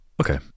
Okay